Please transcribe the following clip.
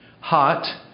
hot